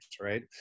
right